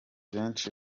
benshi